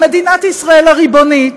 במדינת ישראל הריבונית,